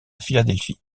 philadelphie